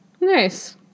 Nice